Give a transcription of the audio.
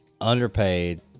underpaid